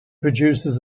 producers